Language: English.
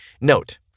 Note